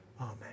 Amen